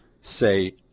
say